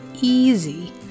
easy